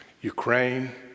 Ukraine